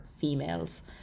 females